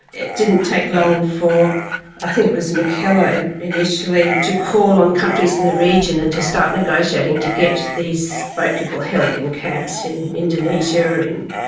it didn't take long for i think it was mckellar and initially, to call on countries in the region and to start negotiating to get these boat people held in camps in indonesia, in